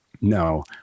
No